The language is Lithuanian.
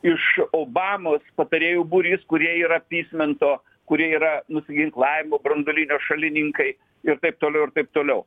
iš obamos patarėjų būrys kurie yra pysmento kurie yra nusiginklavimo branduolinio šalininkai ir taip toliau ir taip toliau